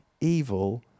evil